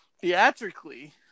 theatrically